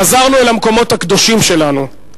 חזרנו אל המקומות הקדושים שלנו.